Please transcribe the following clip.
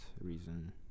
reason